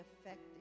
effective